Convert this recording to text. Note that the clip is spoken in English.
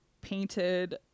painted